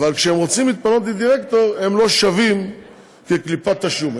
אבל כשהם רוצים להתמנות לדירקטור הם לא שווים כקליפת השום,